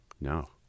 No